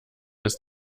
ist